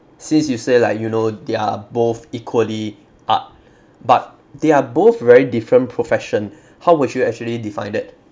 since you say like you know they are both equally art but they are both very different profession how would you actually define that